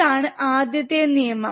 ഇതാണ് ആദ്യത്തെ നിയമം